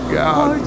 god